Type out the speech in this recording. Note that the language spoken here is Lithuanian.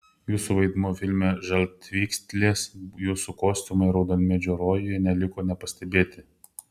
jūsų vaidmuo filme žaltvykslės jūsų kostiumai raudonmedžio rojuje neliko nepastebėti